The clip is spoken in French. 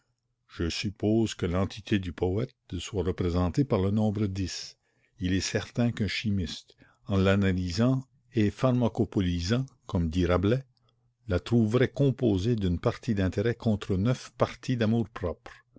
je suppose que l'entité du poète soit représentée par le nombre dix il est certain qu'un chimiste en l'analysant et pharmacopolisant comme dit rabelais la trouverait composée d'une partie d'intérêt contre neuf parties